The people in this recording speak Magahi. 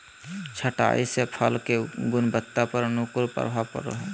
छंटाई से फल के गुणवत्ता पर अनुकूल प्रभाव पड़ो हइ